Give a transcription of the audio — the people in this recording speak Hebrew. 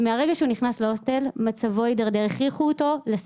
ומהרגע שהוא נכנס להוסטל מצבו הדרדר.